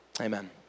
amen